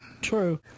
true